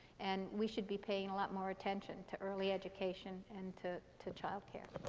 and we should be paying a lot more attention to early education and to to child care.